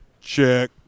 check